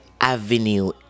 avenue